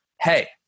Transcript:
Hey